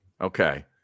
Okay